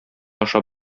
ашап